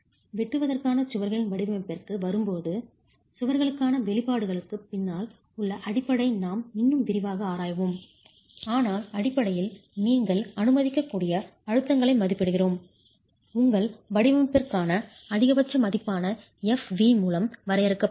வெட்டுவதற்கான சுவர்களின் வடிவமைப்பிற்கு வரும்போது சுவர்களுக்கான வெளிப்பாடுகளுக்குப் பின்னால் உள்ள அடிப்படையை நாம் இன்னும் விரிவாக ஆராய்வோம் ஆனால் அடிப்படையில் நீங்கள் அனுமதிக்கக்கூடிய அழுத்தங்களை மதிப்பிடுகிறோம் உங்கள் வடிவமைப்பிற்கான அதிகபட்ச மதிப்பான Fv மூலம் வரையறுக்கப்பட்டுள்ளது